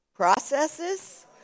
processes